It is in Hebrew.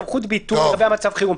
סמכות ביטול לגבי מצב חירום.